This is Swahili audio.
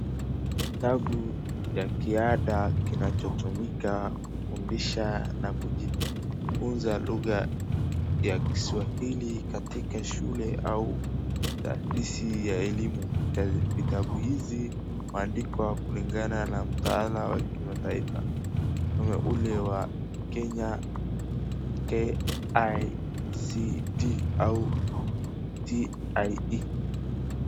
Ni kitabu ya kianda kinachotumia kufundisha na kujifunza lugha ya kiswahili katika shule au taasisi ya elimu, vitabu hizi huandikwa kulingana na mtaalamu wa kitaifa kama ule wa Kenya KICD au TIE .